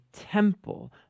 temple